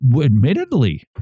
admittedly